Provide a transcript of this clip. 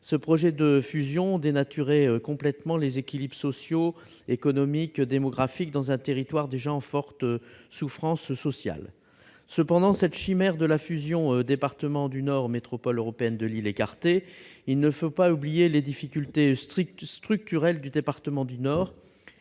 ce projet de fusion dénaturait complètement les équilibres sociaux, économiques et démographiques, dans un territoire déjà en forte souffrance sociale. Cette chimère de la fusion entre le département du Nord et la métropole européenne de Lille étant écartée, il ne faut cependant pas oublier les difficultés structurelles du département du Nord,